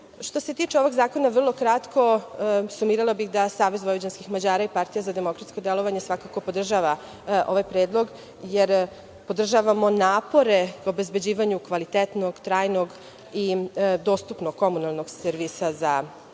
se tiče ovog zakona, vrlo kratko, sumirala bih da SVM i partija za demokratsko delovanje svakako podržavaju ovaj predlog, jer podržavamo napore u obezbeđivanju kvalitetnog, trajnog i dostupnog komunalnog servisa za sve